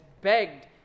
begged